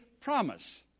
promise